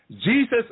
Jesus